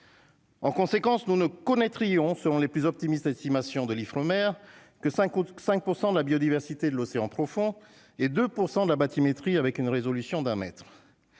En conséquence, nous ne connaîtrions selon les plus optimistes, estimation de l'Ifremer que 55 % de la biodiversité de l'océan profond et 2 % de la bathymétrie avec une résolution d'un mètre,